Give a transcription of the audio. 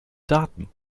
daten